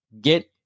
get